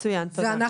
מצוין, תודה.